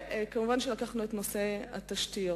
כמובן, לקחנו את נושא התשתיות.